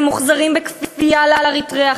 הם מוחזרים בכפייה לאריתריאה.